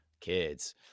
kids